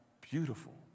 beautiful